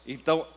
Então